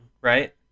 right